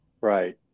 Right